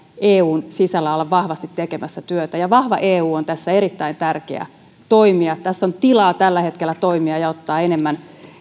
eun sisällä olla vahvasti tekemässä työtä ja vahva eu on tässä erittäin tärkeä toimija tässä on tilaa tällä hetkellä toimia ja myöskin ottaa enemmän